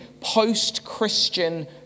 post-Christian